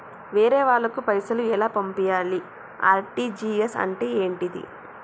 వేరే వాళ్ళకు పైసలు ఎలా పంపియ్యాలి? ఆర్.టి.జి.ఎస్ అంటే ఏంటిది?